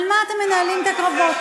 על מה אתם מנהלים את הקרבות,